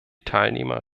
teilnehmer